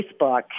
Facebook